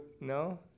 No